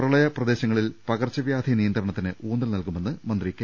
പ്രളയ പ്രദേശങ്ങളിൽ പകർച്ച വ്യാധി നിയന്ത്രണത്തിന് ഊന്നൽ നൽകുമെന്ന് മന്ത്രി കെ